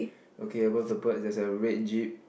okay right above there's a red jeep